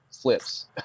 flips